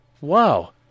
Wow